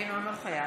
אינו נוכח